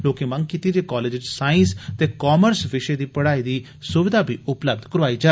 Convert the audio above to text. लोकें मंग कीती जे कॉलेज च साईस ते कामर्स विशयें दी पढ़ाई दी सुविधा बी उपलब्ध कराई जा